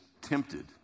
tempted